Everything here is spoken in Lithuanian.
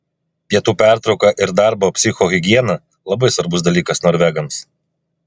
pietų pertrauka ir darbo psichohigiena labai svarbus dalykas norvegams